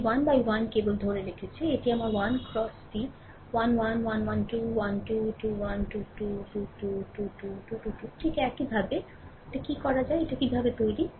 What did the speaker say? এটি যে 1 1 কেবল ধরে রেখেছে এটি আমার 1 ক্রসটি 1 1 1 1 2 1 2 21 2 2 2 2 2 2 2 2 2 2 2 2 2 ঠিক কীভাবে এটি করা যায় এটি তৈরি